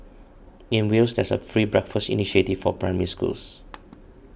in Wales there is a free breakfast initiative for Primary Schools